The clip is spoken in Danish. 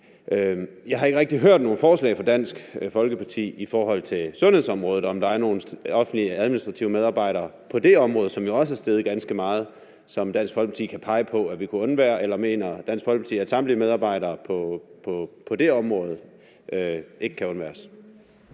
Jeg har ikke rigtig hørt nogen forslag fra Dansk Folkeparti i forhold til sundhedsområdet, altså om der er nogle offentlige administrative medarbejdere på det område, hvor antallet jo også er steget ganske meget, som Dansk Folkeparti kan pege på at vi kunne undvære. Eller mener Dansk Folkeparti, at samtlige medarbejdere på det område ikke kan undværes?